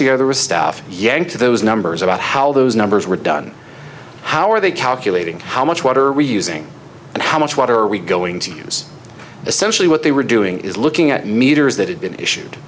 together a staff yank those numbers about how those numbers were done how are they calculating how much water we're using and how much water are we going to use essentially what they were doing is looking at meters that had been issued